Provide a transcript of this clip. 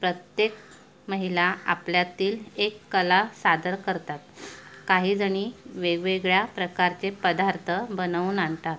प्रत्येक महिला आपल्यातील एक कला सादर करतात काहीजणी वेगवेगळ्या प्रकारचे पदार्थ बनवून आणतात